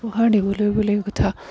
উপহাৰ দিবলৈ বুলি গোঁথা